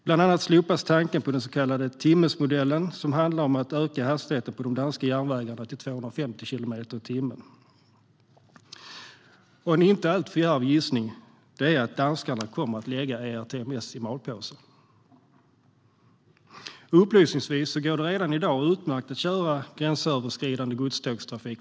Bland annat slopas tanken på den så kallade timmemodellen som handlar om att öka hastigheten på de danska järnvägarna till 250 kilometer i timmen" - detta kunde man förra fredagen läsa i danska tidningar. En inte alltför djärv gissning är att danskarna kommer att lägga ERTMS i malpåse. Upplysningsvis går det redan i dag utmärkt att köra gränsöverskridande godstågstrafik.